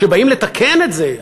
כשבאים לתקן את זה,